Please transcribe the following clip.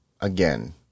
again